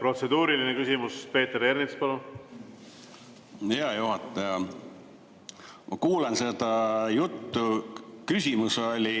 Protseduuriline küsimus. Peeter Ernits, palun! Hea juhataja! Ma kuulan seda juttu. Küsimus oli,